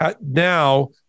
Now